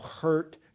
hurt